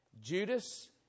Judas